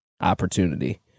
opportunity